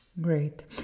great